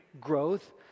growth